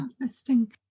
interesting